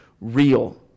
real